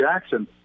Jackson